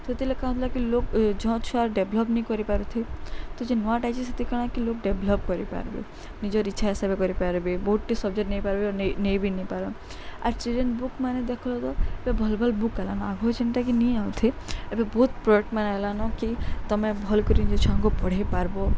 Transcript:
ସେଥିର୍ଲାଗି କାଁ ହେଉଥିଲା କି ଲୋକ୍ ଜହ ଛୁଆର୍ ଡେଭ୍ଲପ୍ ନେଇ କରିପାରୁଥେଇ ତ ଯେନ୍ ନୂଆଟା ଆଇଛେ ସେତି କାଣା କି ଲୋକ୍ ଡେଭ୍ଲପ୍ କରିପାର୍ବେ ନିଜର୍ ଇଚ୍ଛା ହିସାବେ କରିପାର୍ବେ ବହୁତ୍ଟେ ସବ୍ଜେକ୍ଟ୍ ନେଇପାର୍ବେ ଆଉ ନେଇ ବି ନେଇପାରନ୍ ଆର୍ ସେ ଯେନ୍ ଚିଲ୍ଡ଼୍ରେନ୍ ବୁକ୍ ମାନେ ଦେଖ୍ଲ ତ ଏବେ ଭଲ୍ ଭଲ୍ ବୁକ୍ ଆଏଲାନ ଆଗ ଯେନ୍ଟାକି ନେଇ ଆଉଥେଇ ଏବେ ବହୁତ୍ ପ୍ରଡ଼କ୍ଟମାନେ ଆଏଲାନ କି ତମେ ଭଲ୍ କରି ନିଜର୍ ଛୁଆମାନ୍କୁ ପଢ଼େଇ ପାର୍ବ